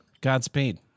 Godspeed